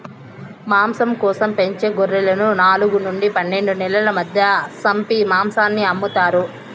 మాంసం కోసం పెంచిన గొర్రెలను నాలుగు నుండి పన్నెండు నెలల మధ్య సంపి మాంసాన్ని అమ్ముతారు